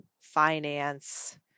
finance